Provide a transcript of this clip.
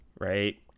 right